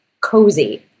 cozy